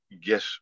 get